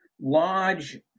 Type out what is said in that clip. Lodge